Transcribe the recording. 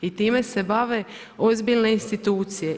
I time se bave ozbiljne institucije.